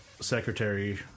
secretary